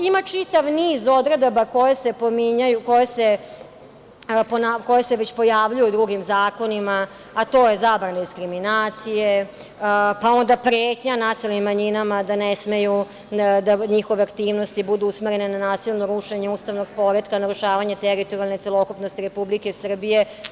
Ima čitav niz odredaba koje se već pojavljuju u drugim zakonima, a to je – zabrana diskriminacije, pretnja nacionalnim manjinama da ne smeju da njihove aktivnosti budu usmerene na nasilno rušenje ustavnog poretka, narušavanje teritorijalne celokupnosti Republike Srbije.